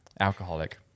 Alcoholic